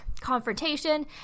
confrontation